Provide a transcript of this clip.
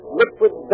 liquid